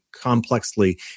complexly